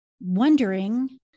wondering